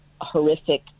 horrific